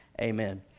amen